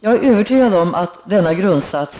Jag är övertygad om att denna grundsats